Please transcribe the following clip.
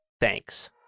Thanks